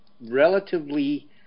relatively